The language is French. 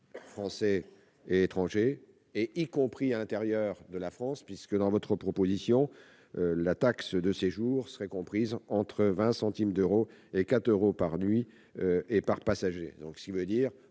français et étrangers, y compris à l'intérieur de la France, puisque la taxe de séjour serait comprise entre 20 centimes d'euros et 4 euros par nuit et par passager.